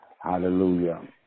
hallelujah